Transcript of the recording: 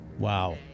Wow